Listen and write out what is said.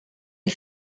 les